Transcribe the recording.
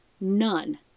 none